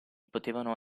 potevano